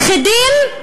יחידים,